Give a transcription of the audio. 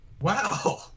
Wow